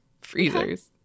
Freezers